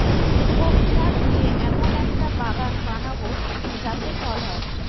ঝোপঝাড় দিয়ে এমন একটা বাগান বানাবো যাতে ফল হয়